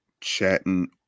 Chatting